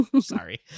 sorry